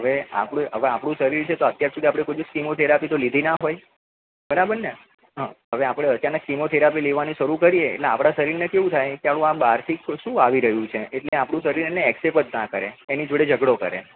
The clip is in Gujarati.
હવે આપણું હવે આપણું શરીર છે અત્યાર સુધી આપણે કોઈ દિવસ કીમો થેરાપી તો લીધી ના હોય બરાબર ને હં હવે આપણે કીમો થેરાપી લેવાની શરુ કરીએ એટલે આપણા શરીરને કેવું થાય કે હાળું આ બહારથી શું આવી રહ્યું છે એટલે આપણું શરીર એને એક્સેપ્ટ જ ના કરે એની જોડે ઝગડો કરે